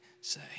say